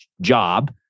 job